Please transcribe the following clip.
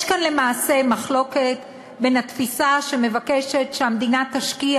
יש כאן למעשה מחלוקת בין התפיסה שמבקשת שהמדינה תשקיע